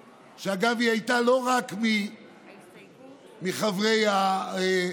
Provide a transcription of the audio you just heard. ואגב, היא הייתה לא רק מחברי הוועדה,